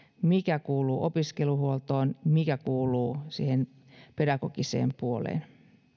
mikä kuuluu opiskeluhuoltoon mikä kuuluu siihen pedagogiseen puoleen